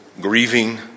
grieving